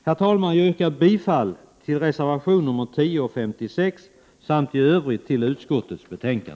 Herr talman! Jag yrkar bifall till reservationerna 10 och 56 samt i övrigt till utskottets hemställan.